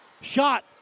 Shot